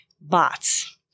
bots